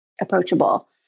approachable